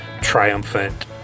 triumphant